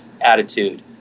attitude